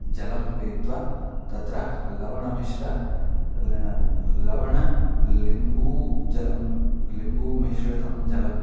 जलं पीत्वा तत्र लवणमिश्रितं लवणं लिम्बू जलं लिम्बूमिश्रितं जलं